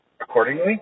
accordingly